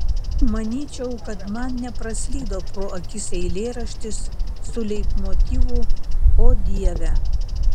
manyčiau kad man nepraslydo pro akis eilėraštis su leitmotyvu o dieve